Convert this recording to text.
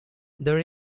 there